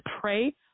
pray